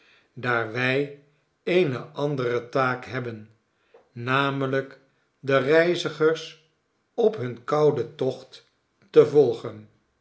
daar wij eene andere taak hebben namelijk de reizigers op hun kouden tocht te volgen